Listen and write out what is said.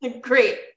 Great